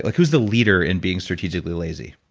like who's the leader in being strategically lazy?